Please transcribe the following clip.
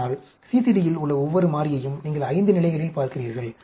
ஆனால் CCD யில் உள்ள ஒவ்வொரு மாறியையும் நீங்கள் 5 நிலைகளில் பார்க்கிறீர்கள்